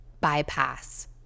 bypass